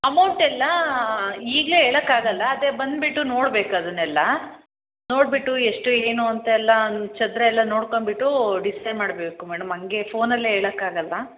ಅಮೌಂಟೆಲ್ಲ ಈಗಲೆ ಹೇಳೋಕೆ ಆಗಲ್ಲ ಅದೆ ಬಂದ್ಬಿಟ್ಟು ನೋಡ್ಬೇಕು ಅದನ್ನೆಲ್ಲ ನೋಡಿಬಿಟ್ಟು ಎಷ್ಟು ಏನು ಅಂತೆಲ್ಲ ಚದರ ಎಲ್ಲ ನೋಡ್ಕೊಂಡು ಬಿಟ್ಟು ಡಿಸೈಡ್ ಮಾಡಬೇಕು ಮೇಡಮ್ ಹಂಗೆ ಫೋನಲ್ಲೆ ಹೋಳೋಕೆ ಆಗಲ್ಲ